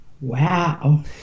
Wow